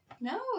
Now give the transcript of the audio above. No